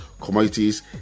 commodities